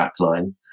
backline